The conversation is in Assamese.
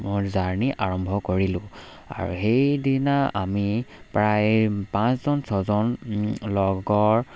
মোৰ জাৰ্ণি আৰম্ভ কৰিলোঁ আৰু সেইদিনা আমি প্ৰায় পাঁচজন ছয়জন লগৰ